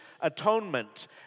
atonement